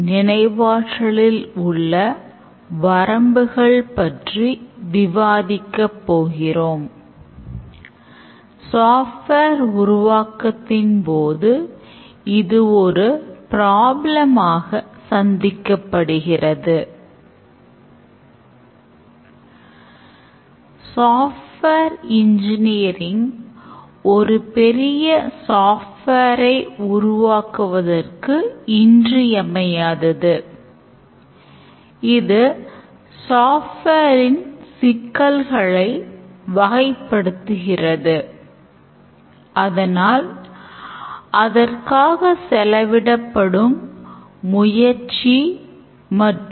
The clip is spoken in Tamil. கடந்த விரிவுரையில் use case modelகள் graphical model மற்றும் 3 relationsஐப் பயன்படுத்தி சிக்கலான use caseகளை எவ்வாறு சிதைப்பது என்பதையும் நாம் பார்த்தோம்